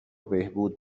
بهبود